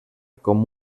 com